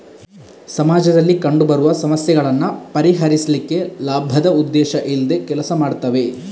ಸಮಾಜದಲ್ಲಿ ಕಂಡು ಬರುವ ಸಮಸ್ಯೆಗಳನ್ನ ಪರಿಹರಿಸ್ಲಿಕ್ಕೆ ಲಾಭದ ಉದ್ದೇಶ ಇಲ್ದೆ ಕೆಲಸ ಮಾಡ್ತವೆ